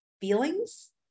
feelings